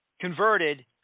converted